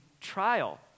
Trial